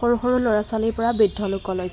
সৰু সৰু ল'ৰা ছোৱালীৰ পৰা বৃদ্ধ লোকলৈ